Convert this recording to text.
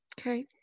Okay